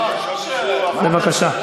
בבקשה.